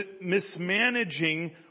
mismanaging